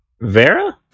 Vera